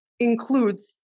includes